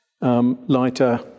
lighter